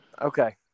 Okay